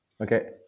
Okay